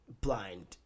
blind